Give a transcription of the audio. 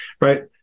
right